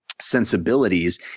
sensibilities